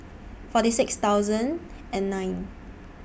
forty six thousand and nine